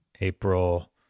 April